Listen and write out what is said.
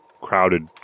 crowded